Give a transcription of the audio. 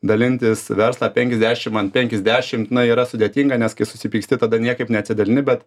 dalintis verslą penkiasdešim ant penkiasdešimt na yra sudėtinga nes kai susipyksti tada niekaip neatsidalini bet